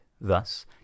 thus